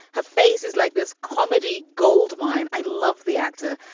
her face is like this comedy gold mine. i love the actor.